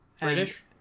British